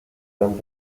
tan